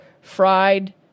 fried